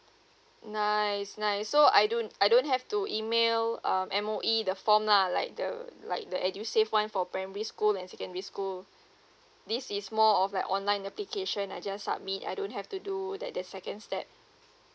nice nice so I don't I don't have to email um M_O_E the form lah like the like the edusave one for primary school and secondary school this is more of like online application I just submit I don't have to do that the second step